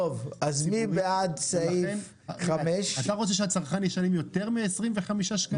אתה רוצה שהצרכן ישלם יותר מ-25 שקלים?